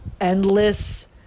endless